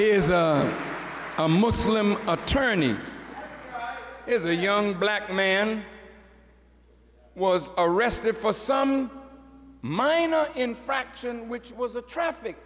i am a muslim attorney is a young black man was arrested for some minor infraction which was a traffic